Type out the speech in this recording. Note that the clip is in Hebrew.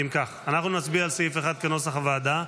אנחנו נצביע על סעיף 1, כנוסח הוועדה.